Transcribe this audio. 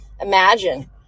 imagine